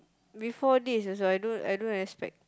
before this also I don't I don't expect